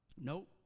Nope